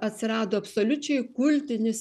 atsirado absoliučiai kultinis